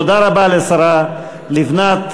תודה רבה לשרה לבנת,